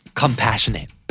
compassionate